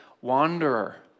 wanderer